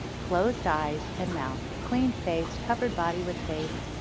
closed eyes and mouth, cleaned face, covered body with face,